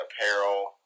apparel